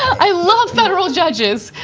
i love federal judges,